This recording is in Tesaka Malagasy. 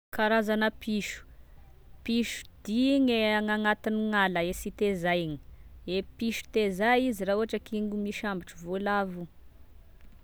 Karazana piso: pisodia igne agny agnatin'ala, e sy tezay igny, e piso tezay izy raha ohatra k'igny misambotry voalavo